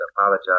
apologize